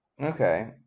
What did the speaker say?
Okay